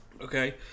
Okay